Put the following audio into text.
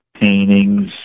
paintings